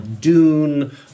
Dune